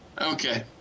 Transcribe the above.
Okay